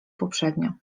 poprzednio